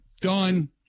done